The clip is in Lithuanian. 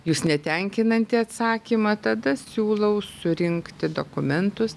jūs netenkinantį atsakymą tada siūlau surinkti dokumentus